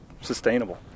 sustainable